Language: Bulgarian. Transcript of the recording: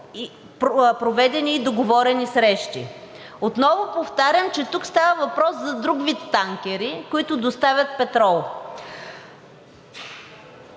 проведени и договорени срещи. Отново повтарям, че тук става въпрос за друг вид танкери, които доставят петрол.